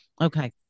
Okay